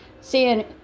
seeing